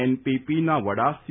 એનપીપીના વડા સી